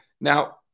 Now